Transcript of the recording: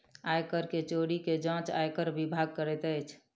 आय कर के चोरी के जांच आयकर विभाग करैत अछि